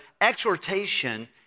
exhortation